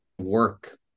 work